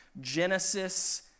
Genesis